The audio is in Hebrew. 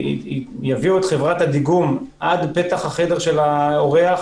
יביאו את חברת הדיגום עד פתח החדר של האורח